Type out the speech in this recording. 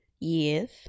Yes